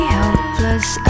helpless